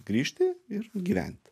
grįžti ir gyventi